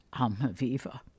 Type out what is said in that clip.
Almaviva